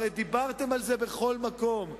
הרי דיברתם על זה בכל מקום,